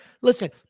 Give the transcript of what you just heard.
Listen